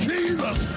Jesus